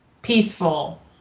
Peaceful